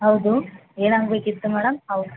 ಹೌದು ಏನಾಗಬೇಕಿತ್ತು ಮೇಡಮ್ ಹೌದು